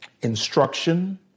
instruction